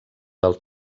del